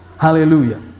Hallelujah